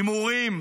הימורים,